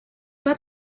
pas